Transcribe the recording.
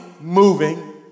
moving